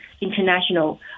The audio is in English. international